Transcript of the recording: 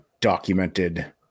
documented